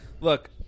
look